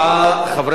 חברי הכנסת,